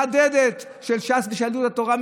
של ש"ס ושל יהדות התורה,